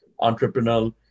entrepreneurial